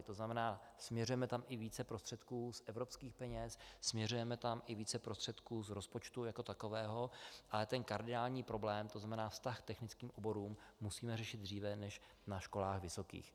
To znamená, směřujeme tam i více prostředků z evropských peněz, směřujeme tam i více prostředků z rozpočtu jako takového, ale kardinální problém, to znamená vztah k technickým oborům, musíme řešit dříve než na školách vysokých.